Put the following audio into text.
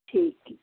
ਠੀਕ ਹੈ